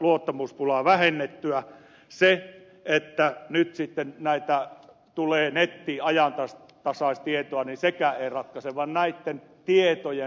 sekään ei ratkaise että nyt sitten näyttää tulleen reittiä ajaa tasaistietooni tulee nettiajantasaistietoa vaan näitten tietojen analysointi